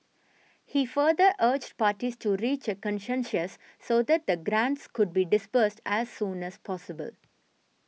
he further urged parties to reach a consensus so that the grants could be disbursed as soon as possible